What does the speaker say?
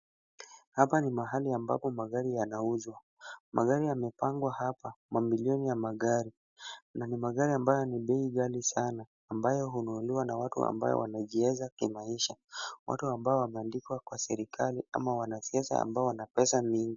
Hapa ni mahali ambapo magari yanauzwa. Magari yamepangwa hapa mamilioni ya magari na ni magari ambayo ni bei ghali sana ambayo hununuliwa na watu ambao wanajiweza kimaisha. Watu ambao wameandikwa kwa serikali ama wanasiasa ambao wana pesa mingi.